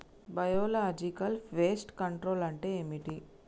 Biological pest control అంటే ఏమిటి?